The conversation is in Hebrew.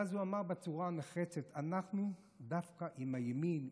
ואז הוא אמר בצורה נחרצת: אנחנו דווקא עם הימין,